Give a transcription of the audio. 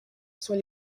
sont